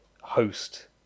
host